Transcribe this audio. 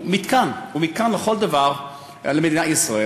הוא מתקן לכל דבר של מדינת ישראל,